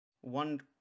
one